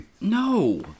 no